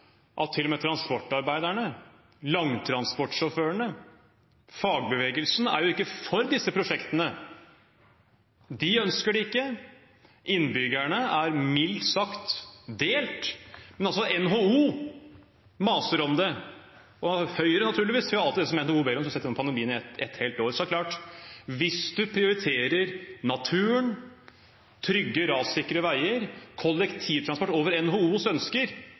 at verken transportarbeiderne, langtransportsjåførene eller fagbevegelsen er for disse prosjektene. De ønsker dem ikke, innbyggerne er mildt sagt delt, men NHO maser om det, og Høyre gjør naturligvis alltid det NHO ber om – som vi har sett gjennom pandemien et helt år. Det er klart at hvis man prioriterer naturen, trygge, rassikre veier og kollektivtransport over NHOs ønsker,